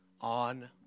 on